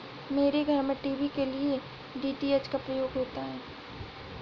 मेरे घर में टीवी के लिए डी.टी.एच का प्रयोग होता है